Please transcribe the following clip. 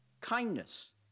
kindness